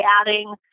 adding